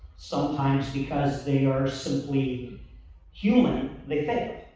sometimes because they are simply human, they fail.